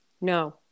No